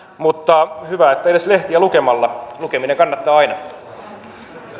mutta hyvä että edes lehtiä lukemalla lukeminen kannattaa aina